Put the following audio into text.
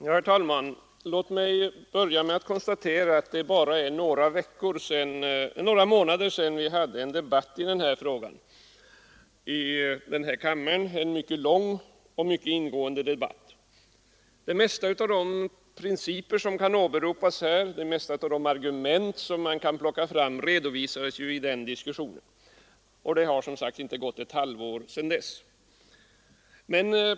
Herr talman! Låt mig börja med att konstatera att det bara är några månader sedan vi här i kammaren hade en debatt i denna fråga — en mycket lång och ingående debatt. Det mesta av de principer som kan 11 åberopas, det mesta av de argument man kan plocka fram redovisades i den diskussionen, och det har, som sagt, inte gått ett halvår sedan dess.